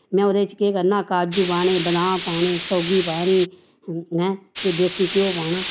में ओह्दे च केह् करना काज़ू पाने बदाम पाने सौग्गी पानी अपनै ते देसी ध्यो पाना